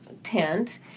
tent